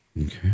Okay